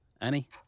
annie